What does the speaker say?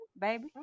baby